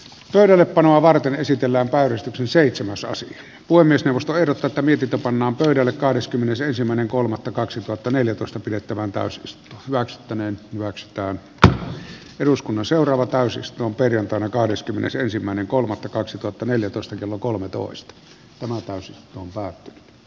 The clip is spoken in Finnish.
pöydällepanoa varten esitellä päivystyksen seitsemäs osa voi myös mustaherukka tamitita pannaan pöydälle kahdeskymmenesensimmäinen kolmatta kaksituhattaneljätoista pidettävään taas växttäneen racstä tulla eduskunnan seuraava täysi ostoon perjantaina kahdeskymmenesensimmäinen kolmannetta täällä istunnossa läsnä olevat edustajat näin toivovat